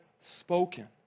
spoken